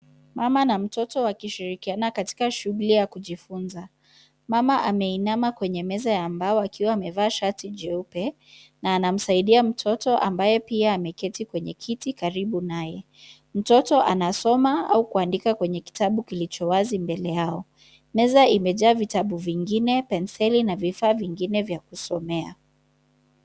Mama na mtoto wakishirikiana katika shuguli ya kujifunza. Mama ameinama kwenye meza ya mbao akiwa amevaa shati jeupe, na anamsaidia mtoto ambaye pia ameketi kwenye kiti karibu naye. Mtoto anasoma au kuandika kwenye kitabu kilichowazi mbele yao. Meza imejaa vitabu vingine, penseli na vifaa vingine vya kusomea.